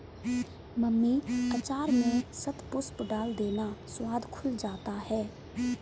mummy अचार में शतपुष्प डाल देना, स्वाद खुल जाता है